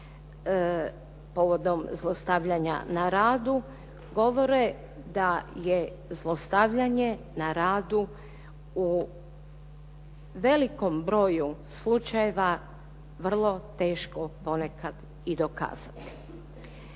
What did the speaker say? povodom zlostavljanja na radu govore da je zlostavljanje na radu u velikom broju slučajeva vrlo teško ponekad i dokazati.